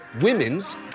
women's